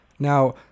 Now